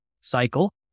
cycle